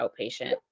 outpatient